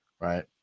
right